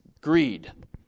greed